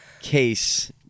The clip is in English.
case